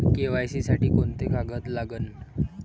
KYC साठी कोंते कागद लागन?